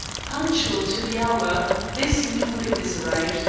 punctual to the hour, this new witness arrived,